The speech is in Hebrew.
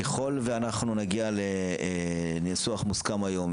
ככל שאנחנו נגיע לניסוח מוסכם היום,